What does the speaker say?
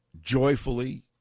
joyfully